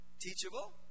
Teachable